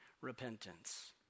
repentance